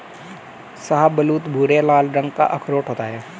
शाहबलूत भूरे लाल रंग का अखरोट होता है